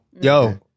Yo